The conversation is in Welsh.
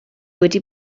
wedi